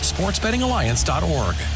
Sportsbettingalliance.org